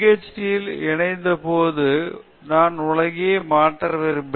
D யில் இணைந்த போது நான் உலகையே மாற்ற விரும்பினேன்